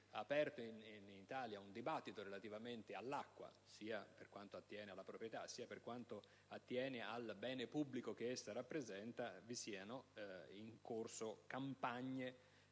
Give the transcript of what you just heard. aperto in Italia un dibattito relativamente all'acqua per quanto attiene sia alla proprietà che al bene pubblico che essa rappresenta - vi siano in corso campagne